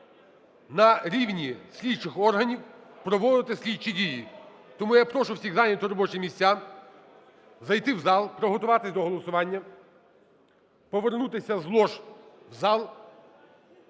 на рівні слідчих органів проводити слідчі дії. Тому я прошу всіх зайняти робочі місця, зайти в зал, приготуватись до голосування, повернутися з лож в зал.